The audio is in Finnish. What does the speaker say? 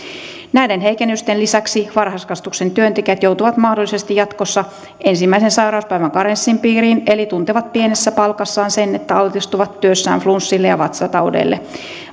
näiden heikennysten lisäksi varhaiskasvatuksen työntekijät joutuvat mahdollisesti jatkossa ensimmäisen sairauspäivän karenssin piiriin eli tuntevat pienessä palkassaan sen että altistuvat työssään flunssille ja vatsataudeille